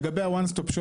לגבי ה-"One Stop Shop",